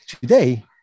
today